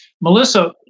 Melissa